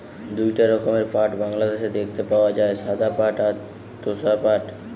দুইটা রকমের পাট বাংলাদেশে দেখতে পাওয়া যায়, সাদা পাট আর তোষা পাট